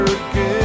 again